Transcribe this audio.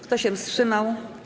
Kto się wstrzymał?